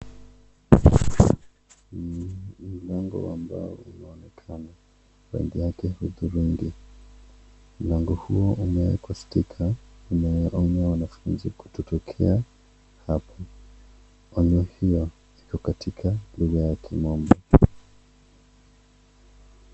Mlango wa mbao unaonekana, rangi yake hudhurungi. Mlango huo umewekwa sticker inayoonya wanafunzi kutotokea hapo. Onyo hio iko katika lugha ya kimombo.